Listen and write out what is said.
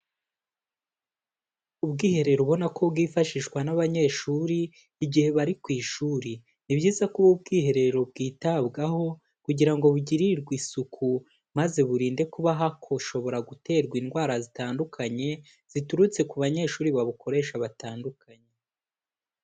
Ubwiherero ubona ko bwifashishwa n'abanyeshuri igihe bari ku ishuri, ni byiza ku ubu ubwiherero bwitabwaho kugira ngo bugirirwe isuku, maze burinde kuba hoshobora guterwa indwara zitandukanye ziturutse ku banyeshuri babukoresha batandukanye.